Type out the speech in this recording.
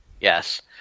Yes